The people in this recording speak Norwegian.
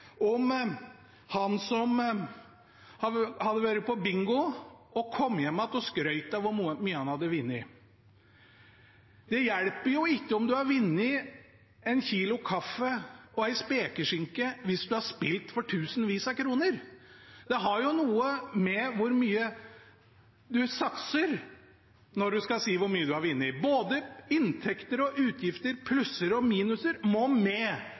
om han som hadde vært på bingo og kom hjem og skrøt av hvor mye han hadde vunnet. Det hjelper jo ikke om du har vunnet en kilo kaffe og ei spekeskinke hvis du har spilt for tusenvis av kroner. Det har jo noe å gjøre med hvor mye du satser, når du skal si hvor mye du har vunnet. Både inntekter og utgifter, plusser og minuser, må med